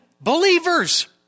Believers